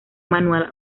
manual